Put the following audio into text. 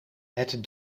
het